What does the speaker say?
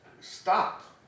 stop